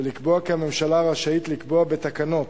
ולקבוע כי הממשלה רשאית לקבוע בתקנות,